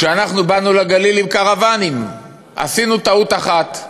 כשבאנו לגליל עם קרוונים, עשינו טעות אחת: